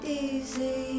easy